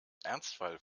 ernstfall